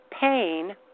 pain